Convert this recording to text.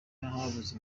habuze